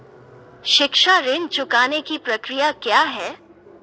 शिक्षा ऋण चुकाने की प्रक्रिया क्या है?